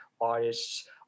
artists